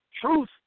Truth